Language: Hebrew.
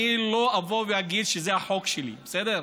אני לא אבוא ואגיד שזה החוק שלי, בסדר?